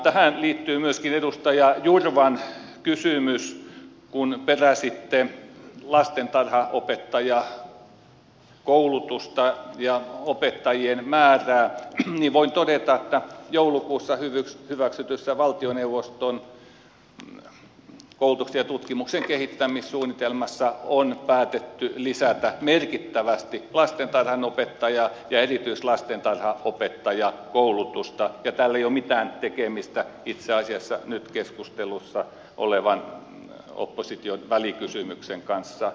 tähän liittyy myöskin edustaja jurvan kysymys kun peräsitte lastentarhanopettajakoulutusta ja opettajien määrää ja voin todeta että joulukuussa hyväksytyssä valtioneuvoston koulutuksen ja tutkimuksen kehittämissuunnitelmassa on päätetty lisätä merkittävästi lastentarhanopettaja ja erityislastentarhanopettajakoulutusta ja tällä ei ole mitään tekemistä itse asiassa nyt keskustelussa olevan opposition välikysymyksen kanssa